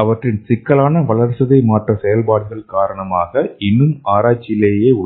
அவற்றின் சிக்கலான வளர்சிதை மாற்ற செயல்பாடுகள் காரணமாக இன்னும் ஆராய்ச்சியிலேயே உள்ளன